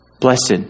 Blessed